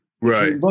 Right